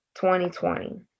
2020